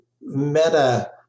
meta